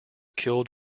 killed